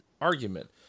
argument